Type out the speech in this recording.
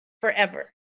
forever